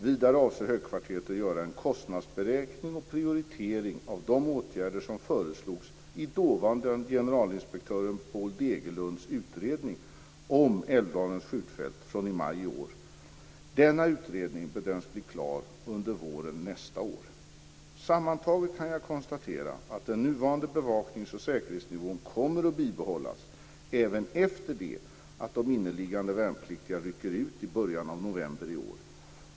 Vidare avser högkvarteret att göra en kostnadsberäkning och prioritering av de åtgärder som föreslogs i dåvarande generalinspektören Paul Degerlunds utredning om Älvdalens skjutfält från i maj i år. Denna utredning bedöms bli klar under våren 2001. Sammantaget kan jag konstatera att den nuvarande bevaknings och säkerhetsnivån kommer att bibehållas även efter det att de inneliggande värnpliktiga rycker ut i början av november i år.